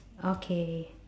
okay